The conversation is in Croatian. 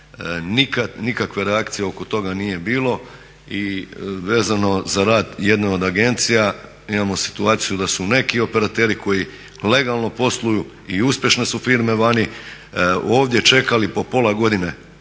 nikakve reakcije oko toga nije bilo i vezano za rad jedne od agencija imao situaciju da su neki operateri koji legalno posluju i uspješne su firme vani, ovdje čekali po pola godine